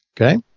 Okay